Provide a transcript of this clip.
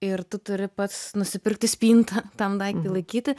ir tu turi pats nusipirkti spintą tam daiktui laikyti